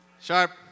Sharp